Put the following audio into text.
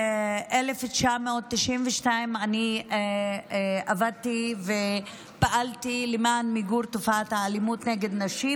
1992 אני עבדתי ופעלתי למען מיגור תופעת האלימות נגד נשים,